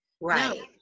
Right